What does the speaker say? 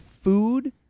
food